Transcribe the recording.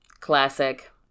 classic